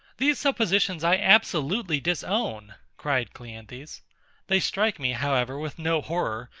these suppositions i absolutely disown, cried cleanthes they strike me, however, with no horror,